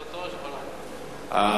אבל,